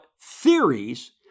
theories